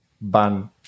ban